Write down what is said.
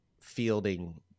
fielding